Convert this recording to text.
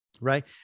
right